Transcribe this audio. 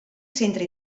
centra